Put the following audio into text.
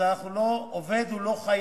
אז העובד הוא לא חייל,